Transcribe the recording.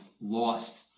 lost